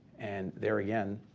and there again